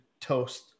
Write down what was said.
toast